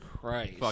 Christ